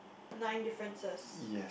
nine differences